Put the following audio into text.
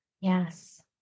Yes